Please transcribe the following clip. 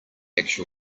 actual